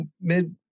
mid